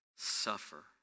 suffer